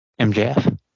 MJF